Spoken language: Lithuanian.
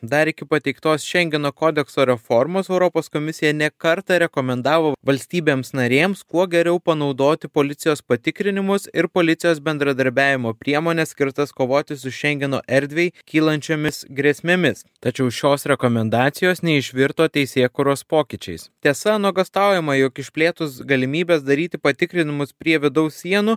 dar iki pateiktos šengeno kodekso reformos europos komisija ne kartą rekomendavo valstybėms narėms kuo geriau panaudoti policijos patikrinimus ir policijos bendradarbiavimo priemones skirtas kovoti su šengeno erdvei kylančiomis grėsmėmis tačiau šios rekomendacijos neišvirto teisėkūros pokyčiais tiesa nuogąstaujama jog išplėtus galimybes daryti patikrinimus prie vidaus sienų